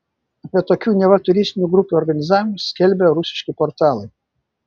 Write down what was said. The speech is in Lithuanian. apie tokių neva turistinių grupių organizavimus skelbė rusiški portalai